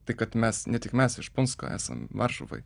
tai kad mes ne tik mes iš punsko esam varšuvoj